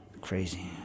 Crazy